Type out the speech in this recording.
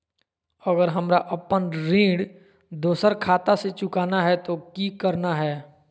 अगर हमरा अपन ऋण दोसर खाता से चुकाना है तो कि करना है?